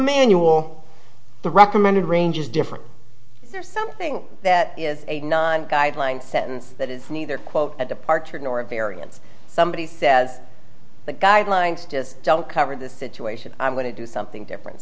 manual the recommended range is different or something that is a non guideline sentence that is neither quote a departure nor a variance somebody says the guidelines just don't cover the situation i'm going to do something different